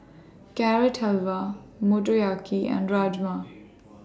Carrot Halwa Motoyaki and Rajma